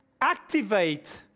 activate